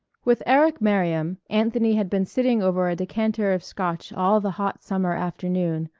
with eric merriam, anthony had been sitting over a decanter of scotch all the hot summer afternoon,